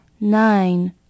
Nine